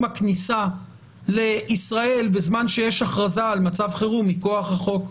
הכניסה לישראל בזמן שיש הכרזה על מצב חירום מכוח החוק.